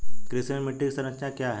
कृषि में मिट्टी की संरचना क्या है?